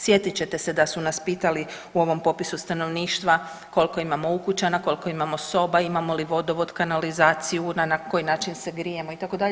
Sjetit ćete se da su nas pitali u ovom popisu stanovništva koliko imamo ukućana, koliko imamo soba, imamo li vodovod, kanalizaciju, na koji način se grijemo itd.